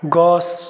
গছ